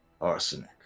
arsenic